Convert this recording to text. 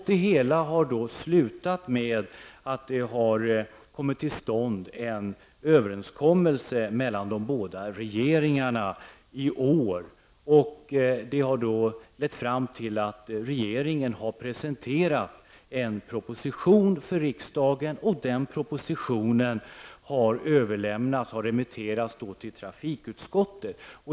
Det hela slutade med att det i år har kommit till stånd en överenskommelse mellan de båda regeringarna, vilken har lett fram till att regeringen har presenterat en proposition för riksdagen. Denna proposition har remitterats till trafikutskottet.